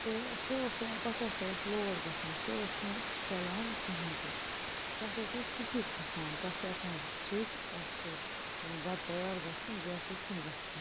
تہٕ سُہ اوس تَتھ ہسا اوس لوڈ گَژھان سُہ اوس نہٕ چَلان کِہیٖنۍ تہِ تَتھ اوس نہٕ سُچی کھَسان تَتھ چھِ آسان زٕ سُچ اَکھ بتہٕ تَیار گَژھنُک بیٛاکھ وُشن گَژھنُک